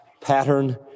pattern